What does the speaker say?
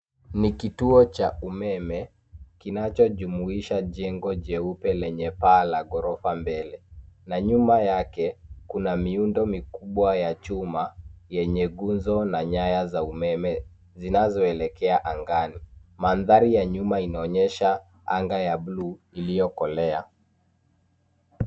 Ni kituo cha umeme, kinachojumuisha jengo jeupe lenye paa la ghorofa mbele na nyuma yake kuna miundo mikubwa ya chuma yenye guzo na nyaya za umeme zinazoelekea angani. Mandhari ya nyuma inaonyesha anga ya buluu iliyokolea.